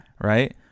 right